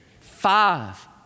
Five